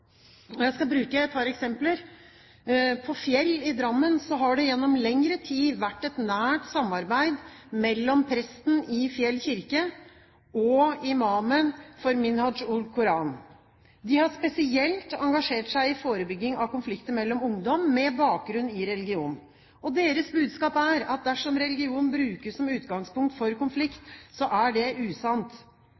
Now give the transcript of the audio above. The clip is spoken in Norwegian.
Jeg skal bruke et par eksempler: På Fjell i Drammen har det gjennom lengre tid vært et nært samarbeid mellom presten i Fjell kirke og imamen for Minhaj ul-Quran. De har spesielt engasjert seg i forebygging av konflikter mellom ungdom med bakgrunn i religion. Deres budskap er at dersom religion brukes som utgangspunkt for konflikt,